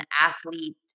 athlete